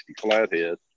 Flathead